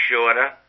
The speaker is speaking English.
shorter